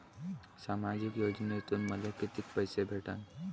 सामाजिक योजनेतून मले कितीक पैसे भेटन?